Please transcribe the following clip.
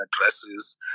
addresses